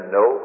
no